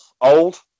Old